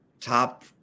top